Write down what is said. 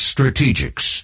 Strategics